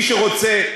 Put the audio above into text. מי שרוצה,